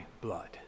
blood